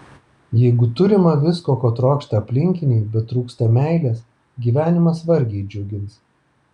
jeigu turima visko ko trokšta aplinkiniai bet trūksta meilės gyvenimas vargiai džiugins